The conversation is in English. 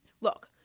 look